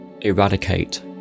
eradicate